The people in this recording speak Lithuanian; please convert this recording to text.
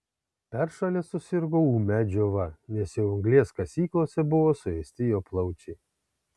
peršalęs susirgo ūmia džiova nes jau anglies kasyklose buvo suėsti jo plaučiai